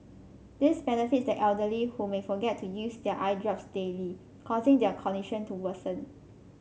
this benefits the elderly who may forget to use their eye drops daily causing their condition to worsen